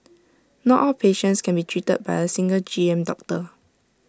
not all patients can be treated by A single G M doctor